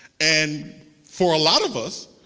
and for a lot of us,